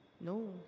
No